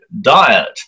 diet